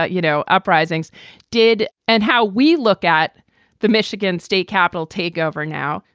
ah you know, uprisings did. and how we look at the michigan state capital takeover now,